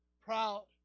proud